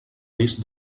risc